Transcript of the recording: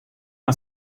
are